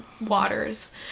waters